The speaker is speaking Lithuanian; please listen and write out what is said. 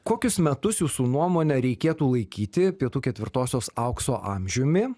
kokius metus jūsų nuomone reikėtų laikyti pietų ketvirtosios aukso amžiumi